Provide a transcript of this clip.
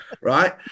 right